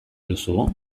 duzu